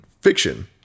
fiction